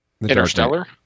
Interstellar